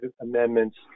amendments